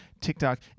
TikTok